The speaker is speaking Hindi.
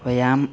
व्यायाम